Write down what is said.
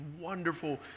wonderful